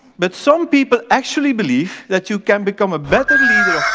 but some people actually believe that you can become a better